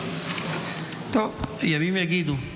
טוב, ימים יגידו.